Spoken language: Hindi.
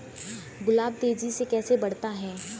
गुलाब तेजी से कैसे बढ़ता है?